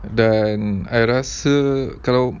dan I rasa kalau